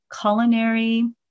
culinary